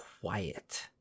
quiet